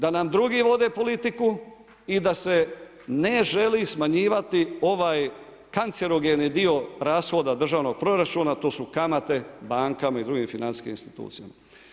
Da nam drugi vode politiku i da se ne želi smanjivati ovaj kancerogeni dio rashoda državnog proračuna, to su kamate bankama i drugim financijskim institucijama.